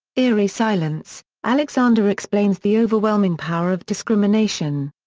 eerie silence alexander explains the overwhelming power of discrimination.